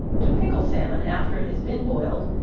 to pickle salmon after it has been boiled,